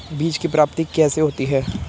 बीज की प्राप्ति कैसे होती है?